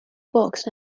books